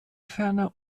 ferner